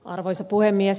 arvoisa puhemies